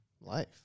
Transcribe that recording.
life